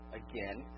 again